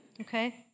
okay